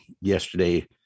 yesterday